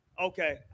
Okay